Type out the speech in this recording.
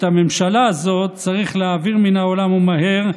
את הממשלה הזאת צריך להעביר מן העולם ומהר,